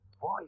voice